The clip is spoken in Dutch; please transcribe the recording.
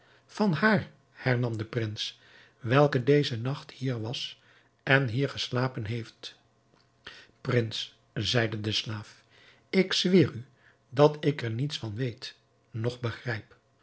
van haar hernam de prins welke dezen nacht hier was en hier geslapen heeft prins zeide de slaaf ik zweer u dat ik er niets van weet noch begrijp